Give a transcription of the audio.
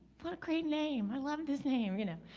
what a great name, i love this name. you know,